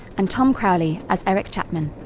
and tom crowley as eric chapman,